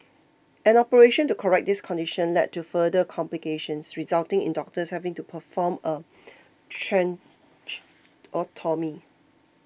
an operation to correct this condition led to further complications resulting in doctors having to perform a tracheotomy